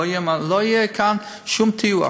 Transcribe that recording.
לא יהיה כאן שום טיוח.